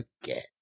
forget